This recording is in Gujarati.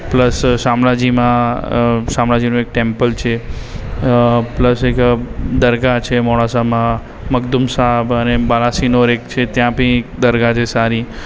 પ્લસ શામળાજીમાં અ શામળાજીનું એક ટૅમ્પલ છે અ પ્લસ એક દરગાહ છે મોડાસામાં મગદૂમ શાહ અને બાલાસિનોર એક છે ત્યાં બી દરગાહ છે સારી